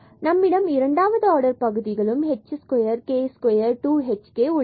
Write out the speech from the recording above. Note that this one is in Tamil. நம்மிடம் இரண்டாவது ஆர்டர் பகுதிகளும் h square k square 2 hk உள்ளது